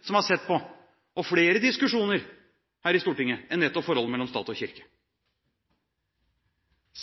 som har sett på, og flere diskusjoner om her i Stortinget enn nettopp forholdet mellom stat og kirke.